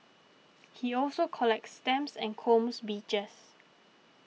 he also collects stamps and combs beaches